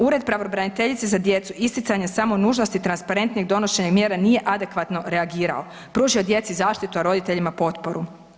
Ured pravobraniteljice za djecu isticanje samo nužnosti transparentnijeg donošenja mjera nije adekvatno reagirao, pružio djeci zaštitu, a roditeljima potporu.